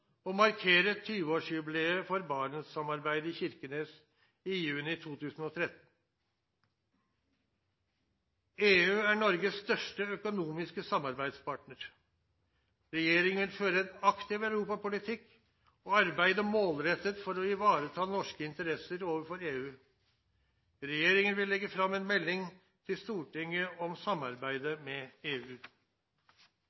markere 20-årsjubileet for Barentssamarbeidet i Kirkenes i juni 2013. EU er Norges største økonomiske samarbeidspartner. Regjeringen vil føre en aktiv europapolitikk og arbeide målrettet for å ivareta norske interesser overfor EU. Regjeringen vil legge fram en melding til Stortinget om samarbeidet